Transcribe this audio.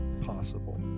possible